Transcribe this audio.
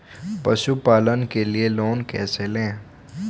पशुपालन के लिए लोन कैसे लें?